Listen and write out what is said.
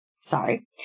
Sorry